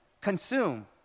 consume